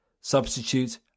substitute